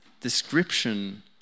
description